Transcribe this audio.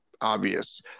obvious